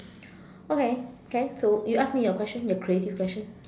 okay can so you ask me your question your creative question